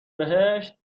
بهشت